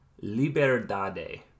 Liberdade